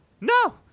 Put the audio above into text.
No